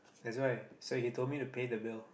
that's why so he told me to pay the bill